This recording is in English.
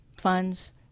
funds